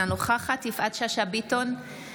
אינה נוכחת יפעת שאשא ביטון,